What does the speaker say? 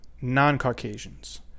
non-Caucasians